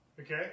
okay